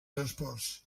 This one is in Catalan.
transports